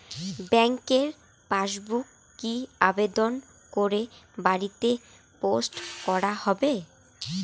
ব্যাংকের পাসবুক কি আবেদন করে বাড়িতে পোস্ট করা হবে?